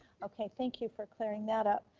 okay, thank you for clearing that up.